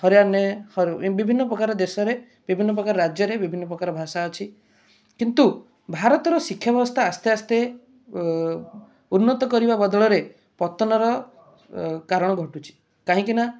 ହରିୟାଣାରେ ବିଭିନ ପ୍ରକାର ଦେଶରେ ବିଭିନ୍ନ ପ୍ରକାର ରାଜ୍ୟରେ ବିଭିନ୍ନ ପ୍ରକାର ଭାଷା ଅଛି କିନ୍ତୁ ଭାରତର ଶିକ୍ଷା ବ୍ୟବସ୍ଥା ଆସ୍ତେ ଆସ୍ତେ ଉନ୍ନତ କରିବା ବଦଳରେ ପତନର କାରଣ ଘଟୁଛି କାହିଁକିନା